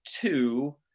two